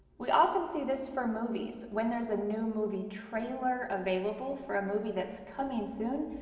we often see this for movies when there's a new movie trailer available for a movie that's coming soon.